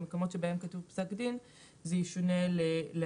במקומות שבהם כתוב "פסק דין" זה ישונה ל-"החלטה".